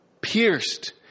pierced